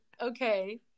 Okay